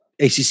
ACC